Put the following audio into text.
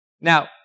Now